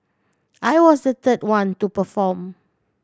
I was the third one to perform